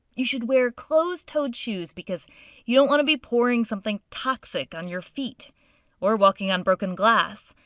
you should wear closed toed shoes because you don't want to be pouring something toxic on your feet or walking on broken glass.